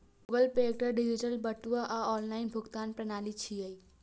Google Pay एकटा digital बटुआ आ ऑनलाइन भुगतान प्रणाली छियै